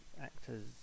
actors